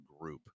group